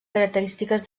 característiques